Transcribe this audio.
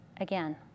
again